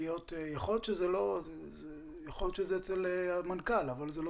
יכול להיות שזה אצל המנכ"ל אבל אתה לא